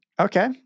okay